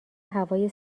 هوای